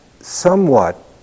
somewhat